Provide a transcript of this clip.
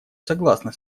согласна